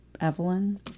Evelyn